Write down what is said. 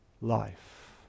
life